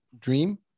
dream